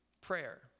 prayer